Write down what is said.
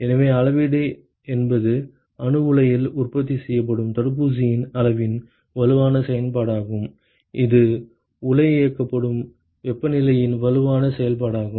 எனவே அளவீடு என்பது அணுஉலையில் உற்பத்தி செய்யப்படும் தடுப்பூசியின் அளவின் வலுவான செயல்பாடாகும் இது உலை இயக்கப்படும் வெப்பநிலையின் வலுவான செயல்பாடாகும்